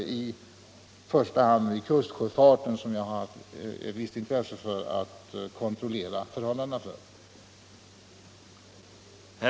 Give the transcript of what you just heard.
Detta gäller i första hand kustsjöfarten, som jag haft visst intresse att kontrollera förhållandena för.